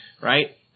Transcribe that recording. right